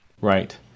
Right